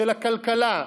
של הכלכלה,